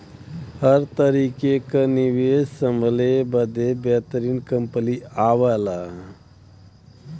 हर तरीके क निवेस संभले बदे बेहतरीन कंपनी आवला